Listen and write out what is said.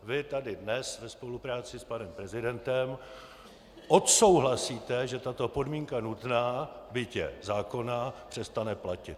Vy tady dnes ve spolupráci s panem prezidentem odsouhlasíte, že tato podmínka nutná, byť je zákonná, přestane platit.